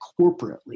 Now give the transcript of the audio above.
corporately